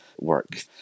work